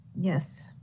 Yes